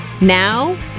Now